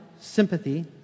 sympathy